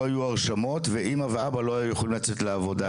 לא היו הרשמות ואמא ואבא לא היו יכולים לצאת לעבודה.